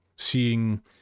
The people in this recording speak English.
seeing